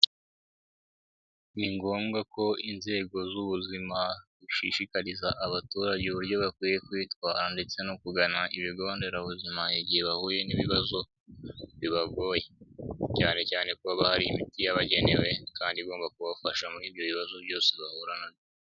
Ni ngombwa ko inzego z'ubuzima zishishikariza abaturage uburyo bakwiye kwitwara, ndetse no kugana ibigo nderabuzima igihe bahuye n'ibibazo bibagoye cyane cyane kuba hari imiti yabagenewe kandi igomba kubafasha muri ibyo bibazo byose bahura nabyo.